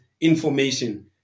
information